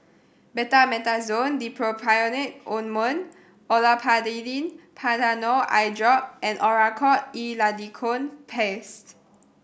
Betamethasone Dipropionate Ointment Olopatadine Patanol Eyedrop and Oracort E Lidocaine Paste